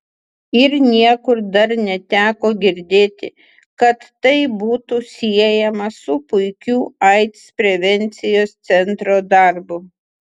ir niekur dar neteko girdėti kad tai būtų siejama su puikiu aids prevencijos centro darbu